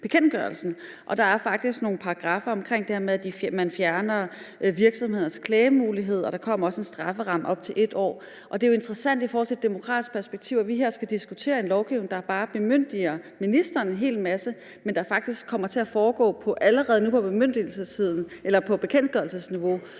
Der er faktisk nogle paragraffer om det her med, at man fjerner virksomheders klagemuligheder, og der kommer også en strafferamme på op til 1 år. Det er jo interessant i forhold til et demokratisk perspektiv, at vi her skal diskutere en lovgivning, der bare bemyndiger ministeren en hel masse, men at der faktisk allerede på bekendtgørelsesniveau